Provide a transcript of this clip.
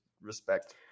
respect